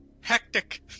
Hectic